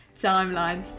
timelines